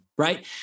Right